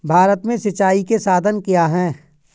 भारत में सिंचाई के साधन क्या है?